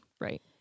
Right